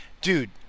dude